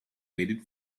waited